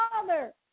father